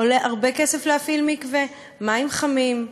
עולה הרבה כסף להפעיל מקווה: מים חמים,